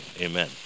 amen